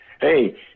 hey